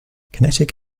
kinetic